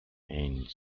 and